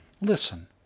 Listen